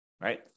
right